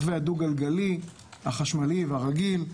לרוכבי הדו-גלגלי החשמלי והרגיל,